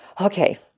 Okay